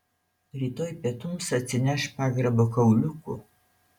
rytoj pietums atsineš pagrabo kauliukų